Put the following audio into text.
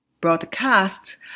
broadcasts